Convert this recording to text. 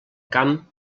camp